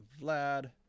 Vlad